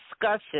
discussion